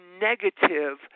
negative